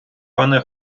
пане